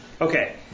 Okay